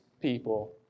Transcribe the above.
people